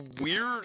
weird